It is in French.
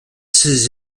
ses